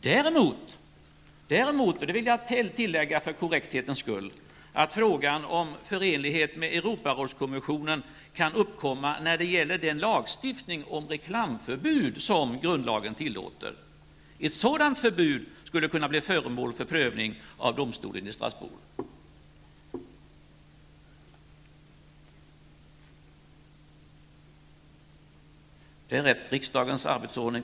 Däremot -- och det vill jag tillägga för korrekthetens skull -- kan frågan om förenlighet med Europarådskonventionen uppkomma när det gäller den lagstiftning om reklamförbud som grundlagen tillåter. Ett sådant förbud skulle kunna bli föremål för prövning av domstolen i Strasbourg.